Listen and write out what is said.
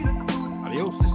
Adios